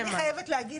אני חייבת להגיד